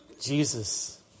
Jesus